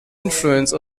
influence